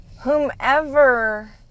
Whomever